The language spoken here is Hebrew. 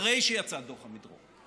אחרי שיצא דוח עמידרור.